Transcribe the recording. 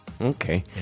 okay